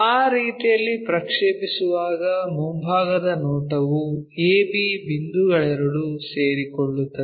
ಆ ರೀತಿಯಲ್ಲಿ ಪ್ರಕ್ಷೇಪಿಸುವಾಗ ಮುಂಭಾಗದ ನೋಟವು a b ಬಿಂದುಗಳೆರಡೂ ಸೇರಿಕೊಳ್ಳುತ್ತದೆ